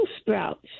sprouts